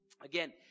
Again